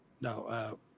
No